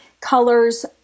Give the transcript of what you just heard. colors